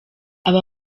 aba